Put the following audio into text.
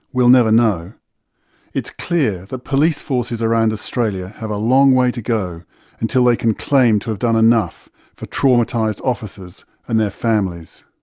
we'll never know it's clear that police forces around australia have a long way to go until they can claim to have done enough for traumatised officers and their families.